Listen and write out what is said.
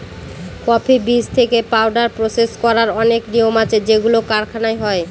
coffee বীজ থেকে powder process করার অনেক নিয়ম আছে যেগুলো কারখানায় হয়